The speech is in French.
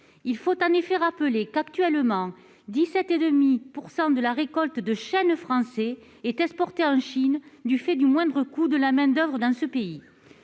Il faut en effet rappeler qu'actuellement 17,5 % de la récolte de chêne français est exportée en Chine du fait du moindre coût de la main-d'oeuvre dans ce pays.